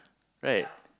right